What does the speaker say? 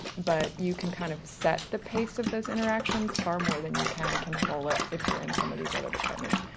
but you can kind of set the pace of those interactions far more than you can control it if you're in some of these other departments.